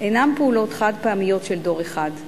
אינם פעולות חד-פעמיות של דור אחד.